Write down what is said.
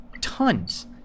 tons